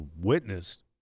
witnessed